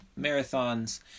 marathons